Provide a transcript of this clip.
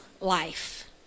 life